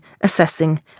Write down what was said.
assessing